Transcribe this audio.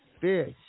fish